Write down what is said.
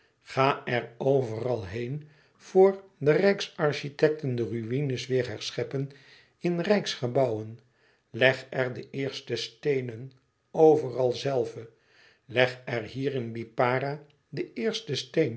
ga er overal heen voor de rijks architekten de ruïnes weêr herscheppen in rijksgebouwen leg er de eerste steenen overal zelve leg er hier in lipara den